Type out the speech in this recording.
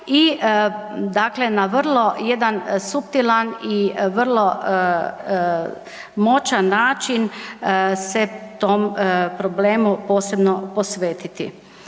i dakle na vrlo jedan suptilan i vrlo moćan način se tom problemu posebno posvetiti.